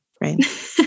right